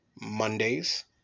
Mondays